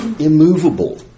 immovable